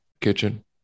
Kitchen